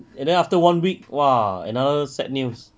and then after one week !wah! another sad news